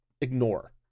ignore